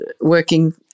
working